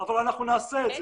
בנתב"ג אתה עושה להם בדיקה,